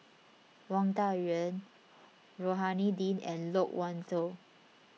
Wang Dayuan Rohani Din and Loke Wan Tho